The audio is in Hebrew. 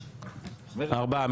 ארבעה.